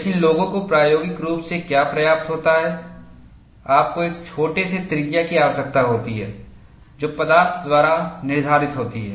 लेकिन लोगों को प्रायोगिक रूप से क्या प्राप्त होता है आपको एक छोटे से त्रिज्या की आवश्यकता होती है जो पदार्थ द्वारा निर्धारित होती है